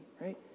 right